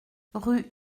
rue